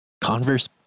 Converse